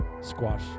Squash